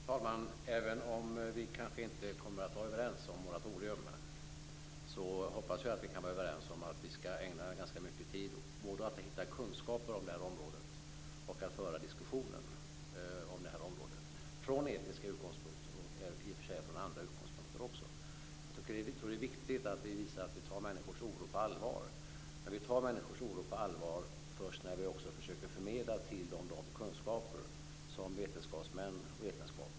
Fru talman! Även om vi kanske inte kan vara överens om moratorium hoppas jag att vi kan vara överens om att vi skall ägna ganska mycket tid både åt att hitta kunskap på det här området och åt att föra diskussion från etiska och andra utgångspunkter. Det är viktigt att visa att vi tar människors oro på allvar, och det gör vi först när vi försöker att förmedla de kunskaper som vetenskapen är överens om.